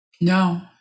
no